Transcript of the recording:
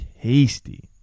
tasty